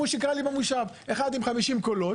ככה קרה לי במושב, אחד עם 50 קולות